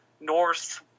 North